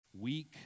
weak